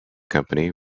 company